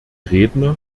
redner